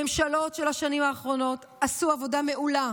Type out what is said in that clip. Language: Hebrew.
הממשלות של השנים האחרונות עשו עבודה מעולה